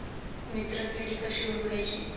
मित्र किडी कशी ओळखाची?